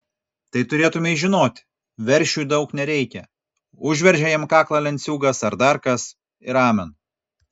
tai turėtumei žinoti veršiui daug nereikia užveržė jam kaklą lenciūgas ar dar kas ir amen